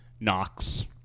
Knox